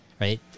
Right